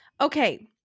Okay